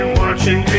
watching